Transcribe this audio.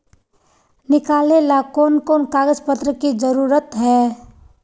निकाले ला कोन कोन कागज पत्र की जरूरत है?